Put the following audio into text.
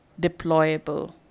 deployable